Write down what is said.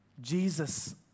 Jesus